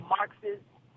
Marxist